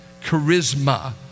charisma